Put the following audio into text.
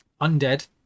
Undead